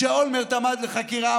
כשאולמרט עמד לחקירה,